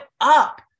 up